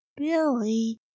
Billy